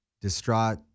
distraught